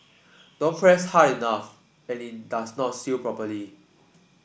don't press hard enough and it does not seal properly